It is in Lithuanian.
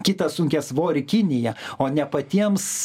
kitą sunkiasvorį kiniją o ne patiems